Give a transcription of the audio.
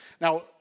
Now